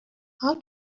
how